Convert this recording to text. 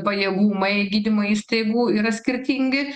pajėgumai gydymo įstaigų yra skirtingi